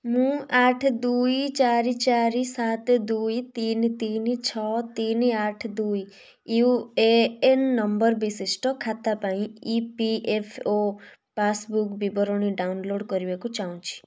ମୁଁ ଆଠ ଦୁଇ ଚାରି ଚାରି ସାତ ଦୁଇ ତିନି ତିନି ଛଅ ତିନି ଆଠ ଦୁଇ ୟୁ ଏ ଏନ୍ ନମ୍ବର ବିଶିଷ୍ଟ ଖାତା ପାଇଁ ଇ ପି ଏଫ୍ ଓ ପାସ୍ବୁକ୍ ବିବରଣୀ ଡାଉନଲୋଡ଼୍ କରିବାକୁ ଚାହୁଁଛି